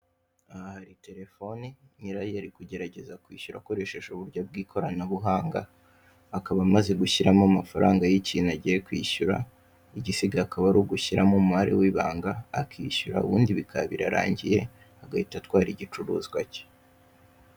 Aha hari Telefoni nyirayo, ari kugerageza kwishyura akoresheje uburyo bw'ikoranabuhanga, akaba amaze gushyiramo amafaranga y'ikintu agiye kwishyura, igisigaye akaba ari ugushyiramo umubare w'ibanga akishyura, ubundi bikaba birarangiye agahita atwara igicuruzwa cye.